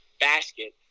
basket